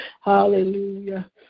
Hallelujah